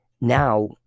now